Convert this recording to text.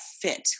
fit